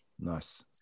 Nice